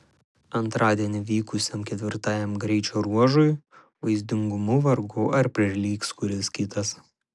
antradienį vykusiam ketvirtajam greičio ruožui vaizdingumu vargu ar prilygs kuris kitas